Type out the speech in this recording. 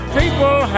people